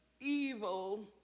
evil